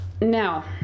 now